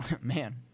man